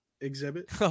exhibit